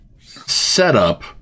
setup